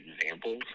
examples